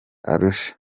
arusha